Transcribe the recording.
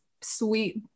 sweet